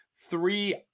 three